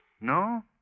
No